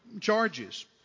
charges